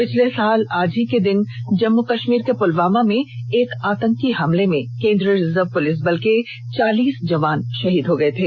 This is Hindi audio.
पिछले साल आज ही के दिन जम्मू कश्मीर के पुलवामा में एक आतंकी हमले में केंद्रीय रिजर्व पुलिस बल के चालीस जवान शहीद हो गए थे